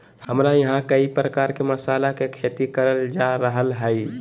हमरा यहां कई प्रकार के मसाला के खेती करल जा रहल हई